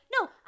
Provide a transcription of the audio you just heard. no